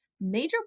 major